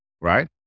Right